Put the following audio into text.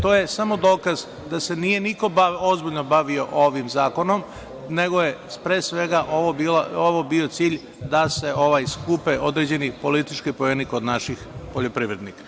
To je samo dokaz da se nije niko bavio ovim zakonom, nego je pre svega ovo bio cilj da se skupe određeni politički poeni naših poljoprivrednika.